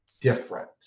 different